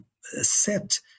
set